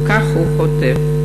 וכך הוא כותב: